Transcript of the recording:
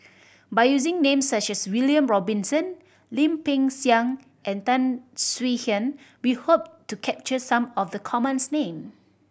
by using names such as William Robinson Lim Peng Siang and Tan Swie Hian we hope to capture some of the commons name